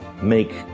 make